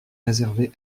réservées